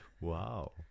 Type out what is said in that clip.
wow